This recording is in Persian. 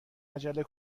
عجله